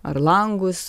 ar langus